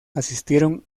asistieron